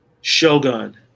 Shogun